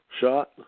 shot